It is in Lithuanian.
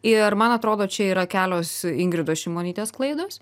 ir man atrodo čia yra kelios ingridos šimonytės klaidos